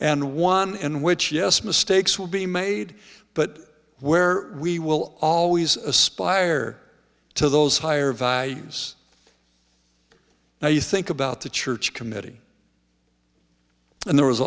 and one in which yes mistakes will be made but where we will always aspire to those higher values now you think about the church committee and there was